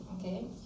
okay